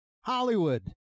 Hollywood